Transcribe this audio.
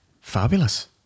fabulous